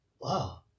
Wow